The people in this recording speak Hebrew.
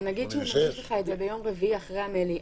נניח שהוא מביא לך את זה ביום רביעי אחרי המליאה,